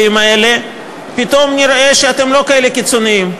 האלה פתאום נראה שאתם לא כאלה קיצוניים,